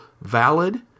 valid